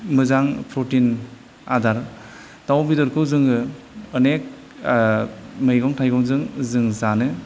मोजां प्रटिन आदार दाउ बेदरखौ जोङो अनेख मैगं थाइगंजों जों जानो